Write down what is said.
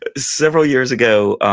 ah several years ago,